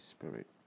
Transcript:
Spirit